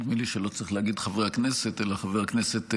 נדמה לי שלא צריך להגיד "חברי הכנסת" אלא "חבר הכנסת כסיף",